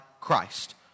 Christ